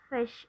fish